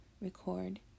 record